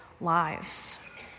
lives